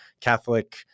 Catholic